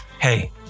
Hey